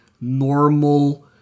normal